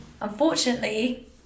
Unfortunately